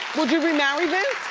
would you remarry vince?